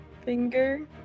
finger